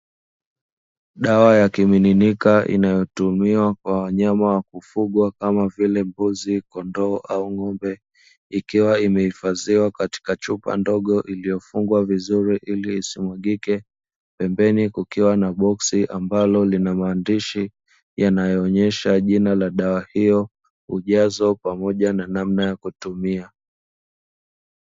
Dawa ya kimiminika inayotumiwa kwa wanyama wa kufugwa kama vile mbuzi, kondoo au ng'ombe ikiwa imehifadhiwa katika chupa ndogo iliyofungwa vizuri ili isimwagike. Pembeni kukiwa na boksi ambalo linamaandishi yanayoonyesha jina la dawa hiyo ujazo pamoja na namna ya kutumia.